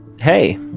hey